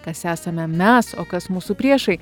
kas esame mes o kas mūsų priešai